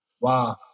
Wow